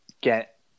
get